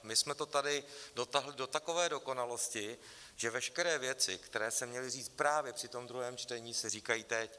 My jsme to tady dotáhli do takové dokonalosti, že veškeré věci, které se měly říct právě při tom druhém čtení, se říkají teď.